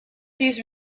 these